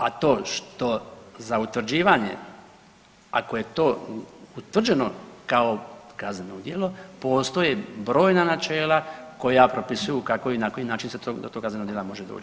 A to što za utvrđivanje, ako je to utvrđeno kao kazneno djelo postoje brojna načela koja propisuju kako i na koji način se do tog kaznenog djela može doći.